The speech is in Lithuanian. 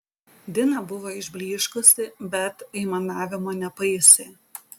dina buvo išblyškusi bet aimanavimo nepaisė